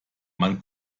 man